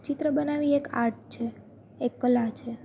ચિત્ર બનાવવું એક આર્ટ છે એક કલા છે